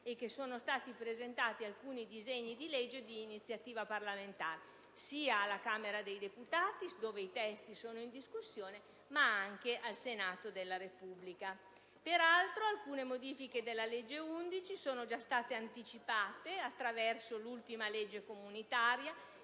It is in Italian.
e che sono stati presentati alcuni disegni di legge di iniziativa parlamentare, sia alla Camera dei deputati, dove i testi sono in discussione, che al Senato della Repubblica. Peraltro, alcune modifiche della legge n. 11 del 2005 sono già state anticipate attraverso l'ultima legge comunitaria